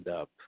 up